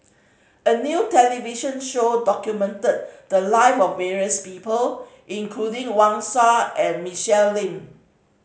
a new television show documented the live of various people including Wang Sha and Michelle Lim